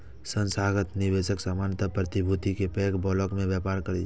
संस्थागत निवेशक सामान्यतः प्रतिभूति के पैघ ब्लॉक मे व्यापार करै छै